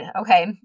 okay